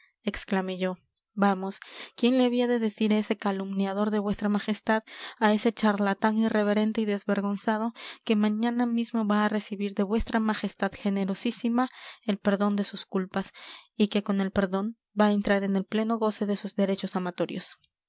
grijalva exclamé yo vamos quién le había de decir a ese calumniador de vuestra majestad a ese charlatán irreverente y desvergonzado que mañana mismo va a recibir de vuestra majestad generosísima el perdón de sus culpas y que con el perdón va a entrar en el pleno goce de sus derechos amatorios